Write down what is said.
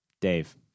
Dave